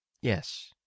Yes